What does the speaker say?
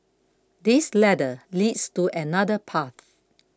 this ladder leads to another path